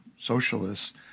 socialists